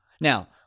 Now